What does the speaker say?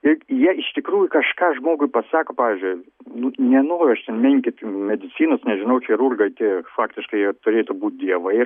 ir jie iš tikrųjų kažką žmogui pasako pavyzdžiui nu nenoriu aš ten menkint jų medicinos nežinau chirurgai tie faktiškai jie turėtų būt dievai